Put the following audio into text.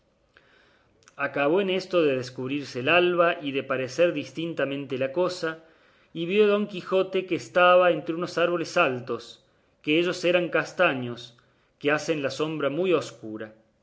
acabó en esto de descubrirse el alba y de parecer distintamente las cosas y vio don quijote que estaba entre unos árboles altos que ellos eran castaños que hacen la sombra muy escura